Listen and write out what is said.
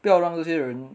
不要让这些人